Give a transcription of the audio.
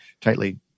tightly